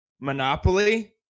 Monopoly